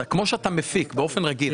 כמו שאתה מפיק באופן רגיל,